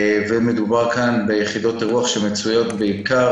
מדובר כאן ביחידות אירוח שמצויות בעיקר